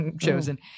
chosen